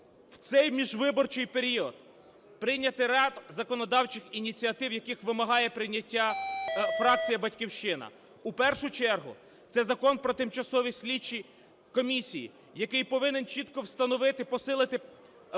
в цей міжвиборчий період прийняти ряд законодавчих ініціатив, яких вимагає прийняття фракція "Батьківщина". В першу чергу це Закон про тимчасові слідчі комісії, який повинен чітко встановити, посилити